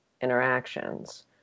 interactions